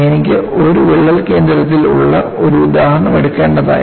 എനിക്ക് ഒരു വിള്ളൽ കേന്ദ്രത്തിൽ ഉള്ള ഒരു ഉദാഹരണം എടുക്കേണ്ടതായിരുന്നു